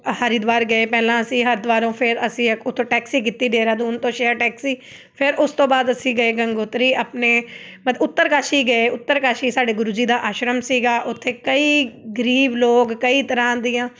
ਹਰਿਦੁਆਰ ਗਏ ਪਹਿਲਾਂ ਅਸੀਂ ਹਰਿਦੁਆਰ ਤੋਂ ਫਿਰ ਅਸੀਂ ਉੱਥੋਂ ਟੈਕਸੀ ਕੀਤੀ ਦੇਹਰਾਦੂਨ ਤੋਂ ਸ਼ੇਅਰ ਟੈਕਸੀ ਫਿਰ ਉਸ ਤੋਂ ਬਾਅਦ ਅਸੀਂ ਗਏ ਗੰਗੋਤਰੀ ਆਪਣੇ ਉੱਤਰਕਾਸ਼ੀ ਗਏ ਉੱਤਰਕਾਸ਼ੀ ਸਾਡੇ ਗੁਰੂ ਜੀ ਦਾ ਆਸ਼ਰਮ ਸੀਗਾ ਉੱਥੇ ਕਈ ਗਰੀਬ ਲੋਕ ਕਈ ਤਰ੍ਹਾਂ ਦੀਆਂ